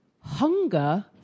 Hunger